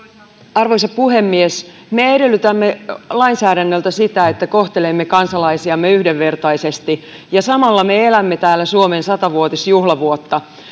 arvoisa puhemies me edellytämme lainsäädännöltä sitä että kohtelemme kansalaisiamme yhdenvertaisesti ja samalla me elämme täällä suomen sata vuotisjuhlavuotta